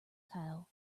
tower